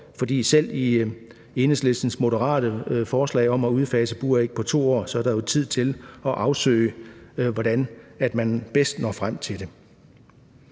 fordi selv i Enhedslistens moderate forslag om at udfase buræg på 2 år er der jo tid til at afsøge, hvordan man bedst når frem til det.